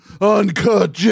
uncut